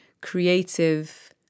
creative